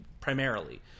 primarily